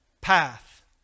path